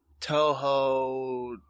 Toho